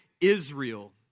Israel